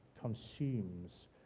consumes